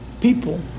people